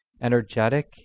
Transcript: energetic